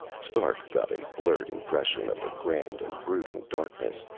stark got a blurred impression of a grand and brooding darkness,